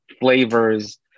flavors